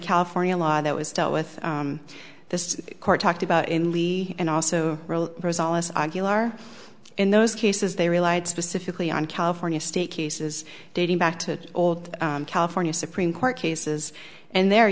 california law that was dealt with this court talked about in lee and also in those cases they relied specifically on california state cases dating back to old california supreme court cases and the